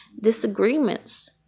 disagreements